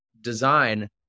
design